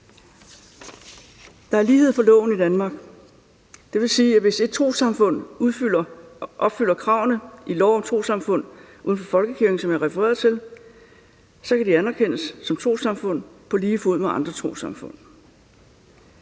Der er lighed for loven i Danmark. Det vil sige, at hvis et trossamfund opfylder kravene i lov om trossamfund uden for folkekirken, som jeg refererede til, kan de anerkendes som trossamfund på lige fod med andre trossamfund.